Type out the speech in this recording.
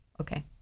okay